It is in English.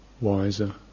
wiser